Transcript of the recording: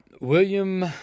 William